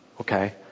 Okay